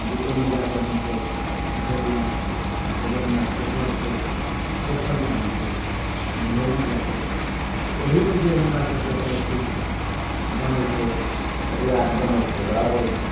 जे ओहिमे जाके हमसब हेललहुँ या बगलमे पोखरि छै पोखरिमे हमसब नहेलहुँ जाके तऽ ओहिमे जे हमरा सबके प्रैक्टिस बनय छै रिआज बनय छै बड़ा बढ़िआँ